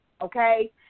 okay